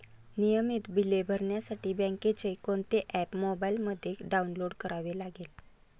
नियमित बिले भरण्यासाठी बँकेचे कोणते ऍप मोबाइलमध्ये डाऊनलोड करावे लागेल?